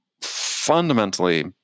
fundamentally